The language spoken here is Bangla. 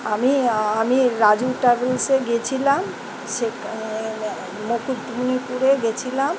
আমি আমি রাজু ট্রাভেলসে গিয়েছিলাম সে মুকুটমণিপুরে গিয়েছিলাম